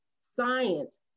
science